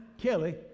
Kelly